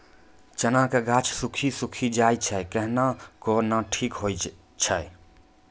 चना के गाछ सुखी सुखी जाए छै कहना को ना ठीक हो छै?